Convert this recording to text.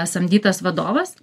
samdytas vadovas